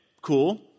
cool